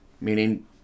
meaning